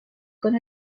con